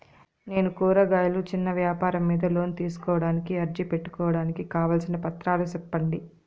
నేను కూరగాయలు చిన్న వ్యాపారం మీద లోను తీసుకోడానికి అర్జీ పెట్టుకోవడానికి కావాల్సిన పత్రాలు సెప్పండి?